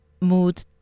mood